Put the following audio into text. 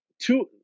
Two